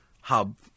hub